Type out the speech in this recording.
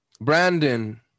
Brandon